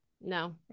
No